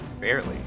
barely